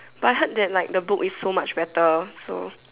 but I heard that like the book is so much better so